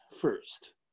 first